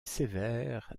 sévère